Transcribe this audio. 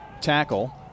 tackle